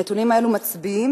הנתונים האלה מצביעים,